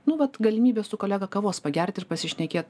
nu vat galimybė su kolega kavos pagert ir pasišnekėt